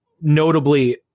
notably